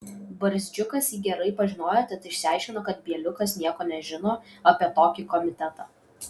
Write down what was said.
barzdžiukas jį gerai pažinojo tad išsiaiškino kad bieliukas nieko nežino apie tokį komitetą